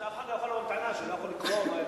אז אף אחד לא יכול לבוא בטענה שהוא לא יכול היה לקרוא,